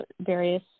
various